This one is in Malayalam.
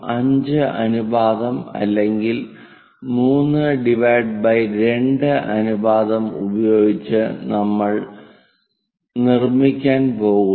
5 അനുപാതം അല്ലെങ്കിൽ 32 അനുപാതം ഉപയോഗിച്ച് നമ്മൾ നിർമ്മിക്കാൻ പോകുന്നു